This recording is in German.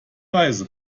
reise